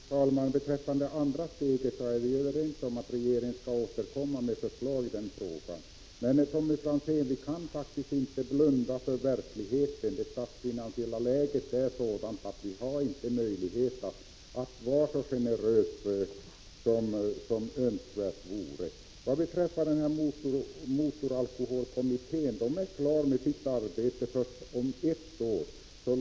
Fru talman! Beträffande det andra steget är vi ju överens om att regeringen skall återkomma med förslag i den frågan. Men, Tommy Franzén, vi kan faktiskt inte blunda för verkligheten. Det statsfinansiella läget är sådant att vi inte har möjlighet att vara så generösa som önskvärt vore. Motoralkoholkommittén blir klar med sitt arbete först om ett år.